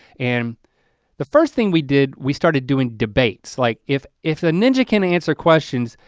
and the first thing we did, we started doing debates like if if a ninja can answer questions,